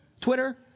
Twitter